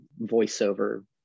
voiceover